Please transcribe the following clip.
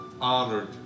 honored